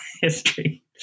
history